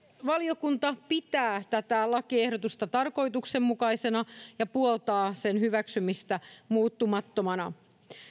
valiokunta pitää tätä lakiehdotusta tarkoituksenmukaisena ja puoltaa sen hyväksymistä muuttumattomana